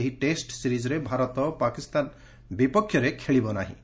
ଏହି ଟେଷ୍ଟ ସିରିଜ୍ରେ ଭାରତ ପାକିସ୍ତାନ ବିପକ୍ଷରେ ଖେଳିବ ନାହିଁ